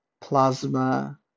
Plasma